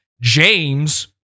James